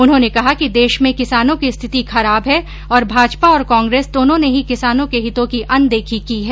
उन्होंने कहा कि देश में किसानों की स्थिति खराब है और भाजपा और कांग्रेस दोनों ने ही किसानों के हितों की अनदेखी की है